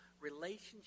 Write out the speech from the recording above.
relationship